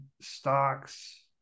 stocks